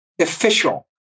official